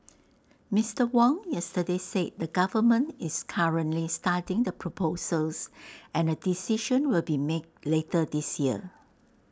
Mister Wong yesterday said the government is currently studying the proposals and A decision will be made later this year